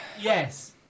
Yes